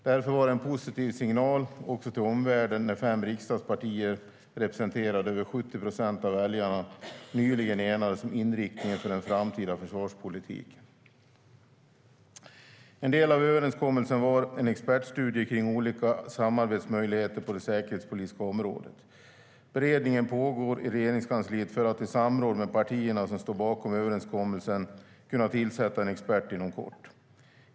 Därför var det en positiv signal, också till omvärlden, när fem riksdagspartier, representerande över 70 procent av väljarna, nyligen enades om inriktningen för den framtida försvarspolitiken. En del av överenskommelsen var en expertstudie kring olika samarbetsmöjligheter på det säkerhetspolitiska området. Beredning pågår i Regeringskansliet för att, i samråd med partierna som står bakom överenskommelsen, kunna tillsätta en expert inom kort.